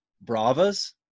Bravas